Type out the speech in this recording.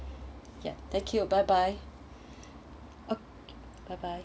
ya thank you bye bye oh bye bye